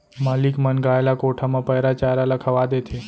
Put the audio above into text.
मालिक मन गाय ल कोठा म पैरा चारा ल खवा देथे